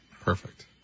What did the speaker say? Perfect